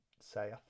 say